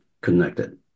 connected